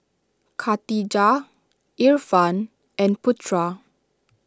Khadija Irfan and Putra